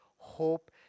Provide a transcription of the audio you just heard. Hope